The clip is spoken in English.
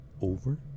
over